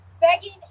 begging